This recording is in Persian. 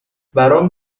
برام